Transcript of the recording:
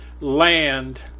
land